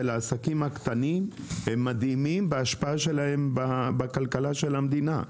העסקים הקטנים הם מדהימים בהשפעתם על כלכלת המדינה.